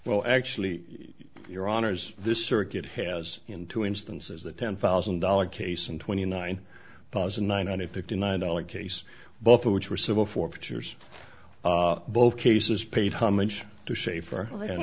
well actually your honour's this circuit has in two instances the ten thousand dollars case and twenty nine thousand nine hundred and fifty nine dollars case both of which were civil for pictures both cases paid homage to shaffer and